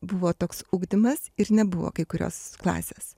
buvo toks ugdymas ir nebuvo kai kurios klasės